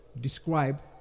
Describe